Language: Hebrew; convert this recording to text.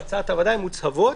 הן מוצהבות.